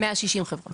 160 חברות.